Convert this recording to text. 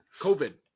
COVID